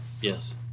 Yes